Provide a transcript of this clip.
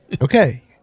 Okay